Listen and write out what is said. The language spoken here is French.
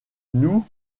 nous